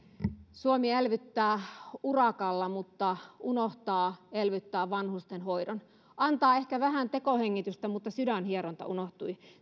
suomi elvyttää urakalla mutta unohtaa elvyttää vanhustenhoidon antaa ehkä vähän tekohengitystä mutta sydänhieronta unohtui